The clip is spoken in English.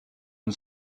and